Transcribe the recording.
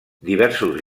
diversos